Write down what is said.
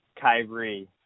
Kyrie